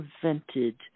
prevented